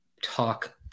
talk